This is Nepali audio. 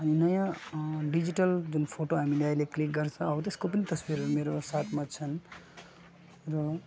अनि नयाँ डिजिटल जुन फोटो हामीले क्लिक गर्छ हौ त्यस्तो पनि तस्विरहरू मेरो साथमा छन् र